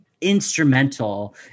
instrumental